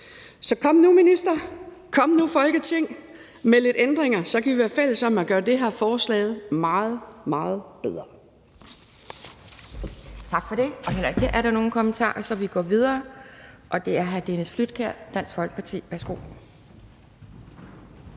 Så kom nu, minister, kom nu, Folketing, med nogle ændringer. Så kan vi være fælles om at gøre det her forslag meget, meget bedre.